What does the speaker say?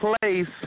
place